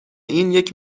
اینیک